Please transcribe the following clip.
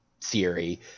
theory